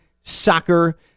soccer